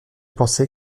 pensé